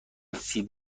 سیب